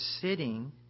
sitting